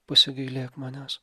pasigailėk manęs